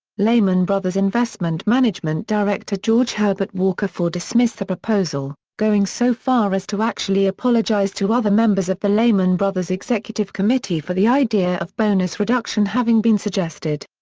lehman brothers investment management director george herbert walker iv dismissed the proposal, going so far as to actually apologize to other members of the lehman brothers executive committee for the idea of bonus reduction having been suggested.